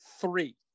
Three